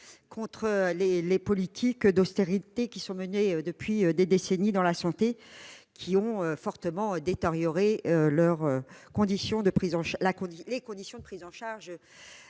contre les politiques d'austérité qui sont menées depuis des décennies dans le secteur de la santé, et qui ont fortement détérioré les conditions de prise en charge